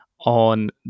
On